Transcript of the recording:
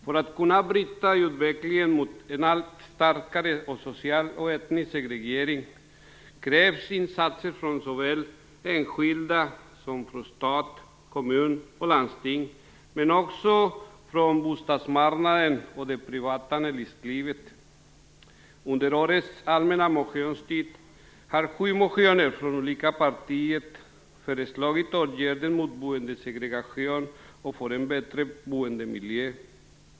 För att bryta utvecklingen mot en allt starkare social och etnisk segregering, krävs insatser såväl från enskilda, stat, kommun och landsting som från bostadsmarknaden och det privata näringslivet. Under årets allmänna motionstid har sju motioner från olika partier föreslagit åtgärder mot boendesegregation och för bättre boendemiljö.